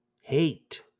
Hate